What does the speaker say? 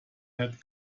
had